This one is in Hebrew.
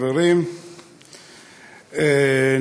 חברים,